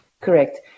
Correct